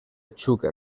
xúquer